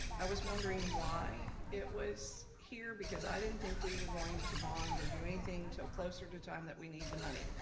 i was wondering why it was here because i didn't think we were going to bond or do anything til closer to the time that we needed the money.